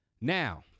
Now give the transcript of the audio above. Now